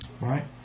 Right